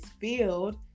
field